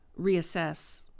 reassess